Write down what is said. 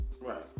Right